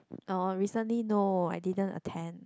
oh recently no I didn't attend